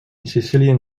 sicilian